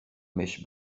mèches